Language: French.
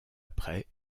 après